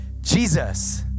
Jesus